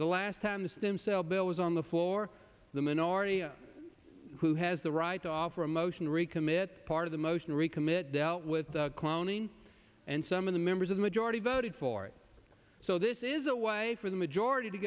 the last time the stem cell bill was on the floor the minority who has the right to offer a motion to recommit part of the motion to recommit dealt with cloning and some of the members of the majority voted for it so this is a way for the majority to